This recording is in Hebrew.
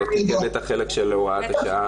לא תיקן את החלק של הוראת השעה.